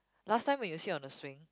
last time when you sit on a swing